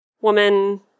Woman